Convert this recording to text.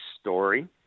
story